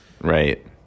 Right